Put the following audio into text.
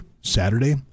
Saturday